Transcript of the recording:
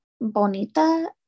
bonita